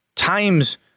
times